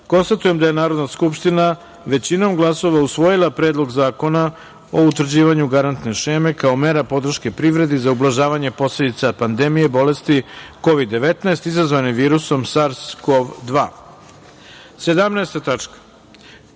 poslanika. Konstatujem da je Narodna skupština, većinom glasova, usvojila Predlog zakona o utvrđivanju garantne šeme kao mera podrške privredi za ublažavanje posledica pandemije bolesti Kovid - 19 izazvane virusom SARS-CoV-2.17.